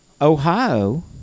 Ohio